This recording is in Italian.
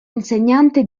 insegnante